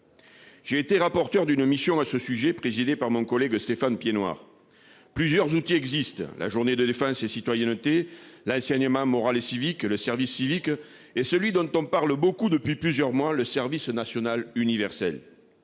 J'ai été rapporteur d'une mission à ce sujet, présidée par mon collègue Stéphane Piednoir. Plusieurs outils existent. La journée de défense et citoyenneté la ma morale et civique, le service civique et celui dont on parle beaucoup depuis plusieurs mois le service national universel.